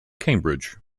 cambridge